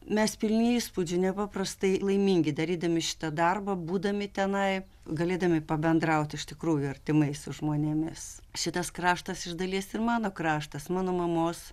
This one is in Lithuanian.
mes pilni įspūdžių nepaprastai laimingi darydami šitą darbą būdami tenai galėdami pabendrauti iš tikrųjų artimai su žmonėmis šitas kraštas iš dalies ir mano kraštas mano mamos